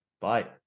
Bye